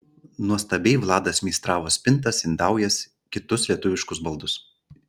nuostabiai vladas meistravo spintas indaujas kitus lietuviškus baldus